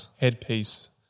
headpiece